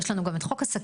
יש לנו גם את חוק השקיות.